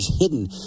hidden